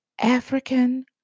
African